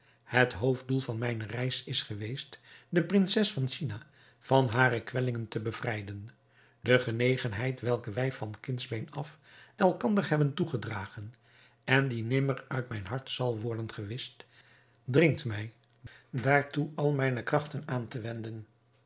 het hoofddoel van mijne reis is geweest de prinses van china van hare kwellingen te bevrijden de genegenheid welke wij van kindsbeen af elkander hebben toegedragen en die nimmer uit mijn hart zal worden gewischt dringt mij daartoe al mijne krachten aan te wenden